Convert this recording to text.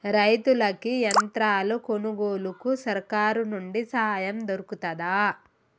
రైతులకి యంత్రాలు కొనుగోలుకు సర్కారు నుండి సాయం దొరుకుతదా?